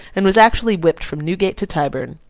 and was actually whipped from newgate to tyburn.